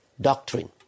doctrine